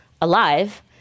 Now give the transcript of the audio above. alive